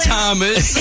Thomas